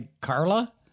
Carla